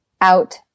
out